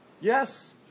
yes